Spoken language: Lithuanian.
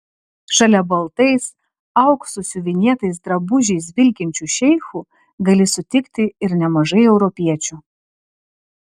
šalia baltais auksu siuvinėtais drabužiais vilkinčių šeichų gali sutikti ir nemažai europiečių